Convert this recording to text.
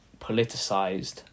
politicized